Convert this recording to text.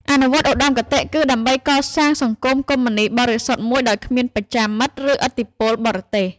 អនុវត្តឧត្តមគតិគឺ ដើម្បីកសាងសង្គមកុម្មុយនិស្តបរិសុទ្ធមួយដោយគ្មាន បច្ចាមិត្ត ឬឥទ្ធិពលបរទេស។